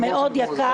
שהוא מאוד יקר,